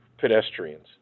pedestrians